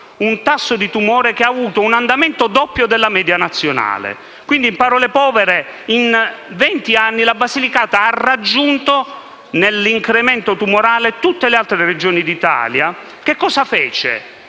un tasso di incidenza tumorale con andamento doppio rispetto alla media nazionale. Quindi, in parole povere, in vent'anni la Basilicata ha raggiunto, nell'incremento tumorale, tutte le altre Regioni d'Italia. Cosa ha